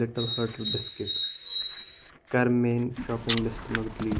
little hearts biscuit کَر میانہِ shopping list منٛز ڈیلیٖٹ